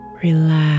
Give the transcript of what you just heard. Relax